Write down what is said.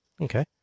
Okay